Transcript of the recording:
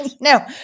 No